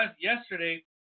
yesterday